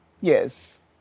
Yes